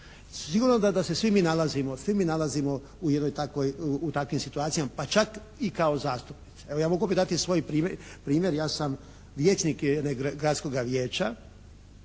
Sigurno da se svi mi nalazimo u jednoj takvoj, u takvim situacijama pa čak i kao zastupnici. Evo ja mogao bi dati svoj primjer, ja sam vijećnik Gradskoga vijeća.